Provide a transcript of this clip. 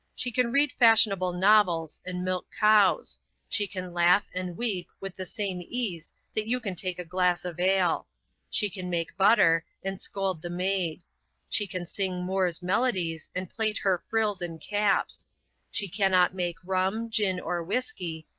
she can read fashionable novels and milk cows she can laugh and weep with the same ease that you can take a glass of ale she can make butter, and scold the maid she can sing moore's melodies, and plait her frills and caps she cannot make rum, gin, or whiskey,